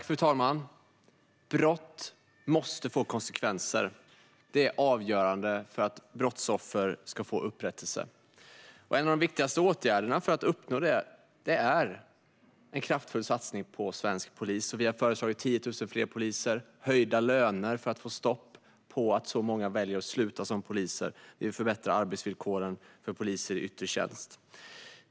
Fru talman! Brott måste få konsekvenser. Det är avgörande för att brottsoffer ska få upprättelse. En av de viktigaste åtgärderna för att uppnå detta är en kraftfull satsning på svensk polis. Vi har föreslagit 10 000 fler poliser och höjda löner för att få stopp på att så många väljer att sluta som poliser. Vi vill förbättra arbetsvillkoren för poliser i yttre tjänst.